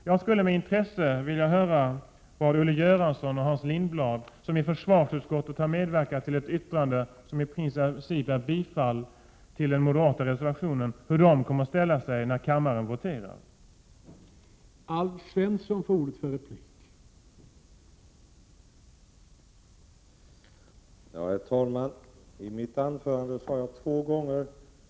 Jag skall med intresse se hur Olle Göransson och Hans Lindblad, som i försvarsutskottet har medverkat till ett yttrande som i princip innebär ett bifall till den moderata reservationen, kommer att ställa sig när kammaren voterar i denna fråga.